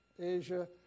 Asia